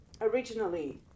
originally